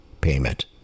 payment